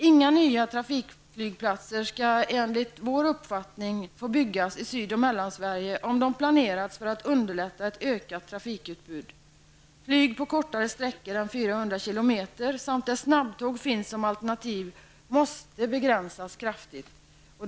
Inga nya trafikflygplatser skall enligt vår uppfattning få byggas i Syd och Mellansverige om det planeras för att underlätta ett ökat trafikutbud. Flyg på kortare sträckor än 400 km samt på sträckor där snabbtåg finns som alternativ måste begränsas kraftigt.